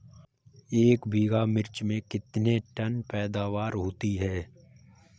एक बीघा मिर्च में कितने टन पैदावार होती है?